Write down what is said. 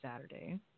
Saturday